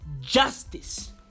justice